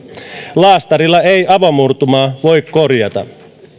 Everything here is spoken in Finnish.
laastarilla ei avomurtumaa voi korjata